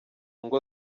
ngo